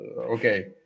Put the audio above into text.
okay